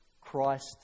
Christ